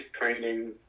training